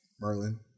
Merlin